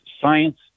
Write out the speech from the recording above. science